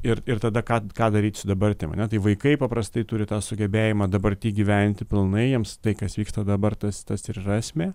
ir ir tada kad ką daryt su dabartim ane tai vaikai paprastai turi tą sugebėjimą dabarty gyventi pilnai jiems tai kas vyksta dabar tas tas ir yra esmė